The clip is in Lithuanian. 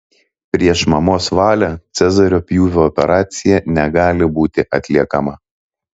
prieš mamos valią cezario pjūvio operacija negali būti atliekama